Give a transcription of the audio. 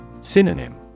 Synonym